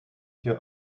your